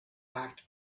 act